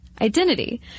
identity